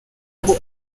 ngo